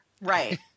Right